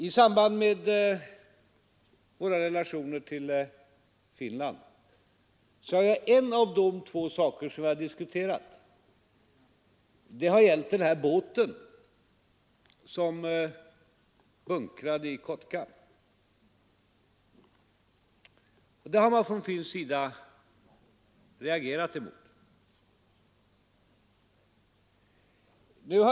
En av de två saker jag har diskuterat i samband med våra relationer till Finland har gällt den båt som bunkrade i Kotka. Denna händelse har man från finskt håll reagerat mot.